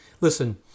listen